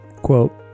Quote